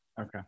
Okay